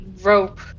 rope